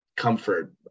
Comfort